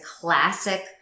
classic